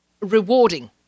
rewarding